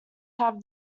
have